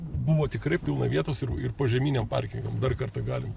buvo tikrai pilna vietos ir požeminiam parkingam dar kartą galim